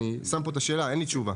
אני שם פה את השאלה; אין לי תשובה.